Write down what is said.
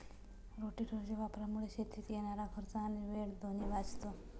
रोटेटरच्या वापरामुळे शेतीत येणारा खर्च आणि वेळ दोन्ही वाचतो